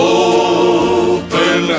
open